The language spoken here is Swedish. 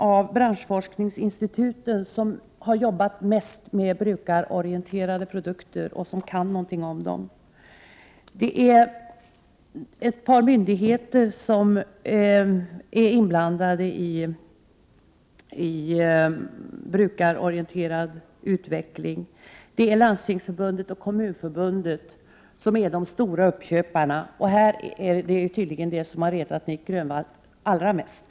Av branschforskningsinstituten är det alltså de som har jobbat mest med brukarorienterade produkter och som kan någonting i sammanhanget. Ett par myndigheter är inblandade när det gäller den brukarorienterade utvecklingen. Landstingsförbundet och Kommunförbundet är de stora uppköparna, och det är tydligen det som har retat Nic Grönvall allra mest.